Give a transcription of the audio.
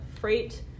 freight